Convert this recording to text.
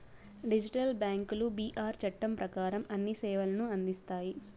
digital బ్యాంకులు బీఆర్ చట్టం ప్రకారం అన్ని సేవలను అందిస్తాయి